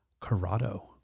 Corrado